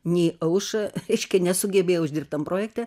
nei aušra eiškia nesugebėjo uždirbt tam projekte